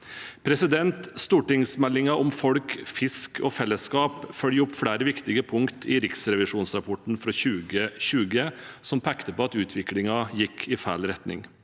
deler. Stortingsmeldingen om folk, fisk og fellesskap følger opp flere viktige punkter i riksrevisjonsrapporten fra 2020, som pekte på at utviklingen gikk i feil retning.